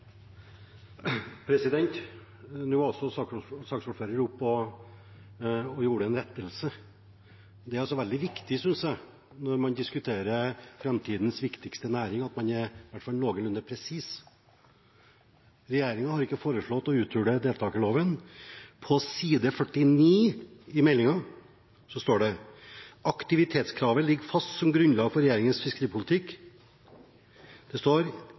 var saksordføreren oppe og gjorde en rettelse. Det er også veldig viktig, synes jeg, når man diskuterer framtidens viktigste næring, at man i hvert fall er noenlunde presis. Regjeringen har ikke foreslått å uthule deltakerloven. På side 49 i meldingen står det: «Aktivitetskravet ligger fast som grunnlag for regjeringens fiskeripolitikk.» Det står